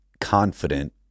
confident